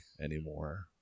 anymore